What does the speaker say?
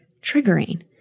triggering